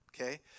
Okay